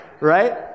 right